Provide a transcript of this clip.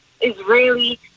Israeli